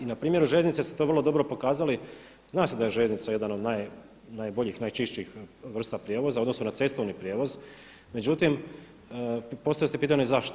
I na primjeru željeznice ste vrlo dobro to pokazali, zna se da je željeznica jedan od najboljih, najčišćih vrsta prijevoza u odnosu na cestovni prijevoz, međutim postavlja se pitanje zašto.